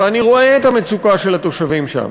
ואני רואה את המצוקה של התושבים שם,